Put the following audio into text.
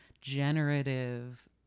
generative